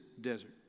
desert